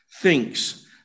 thinks